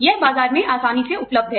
यह बाजार में आसानी से उपलब्ध है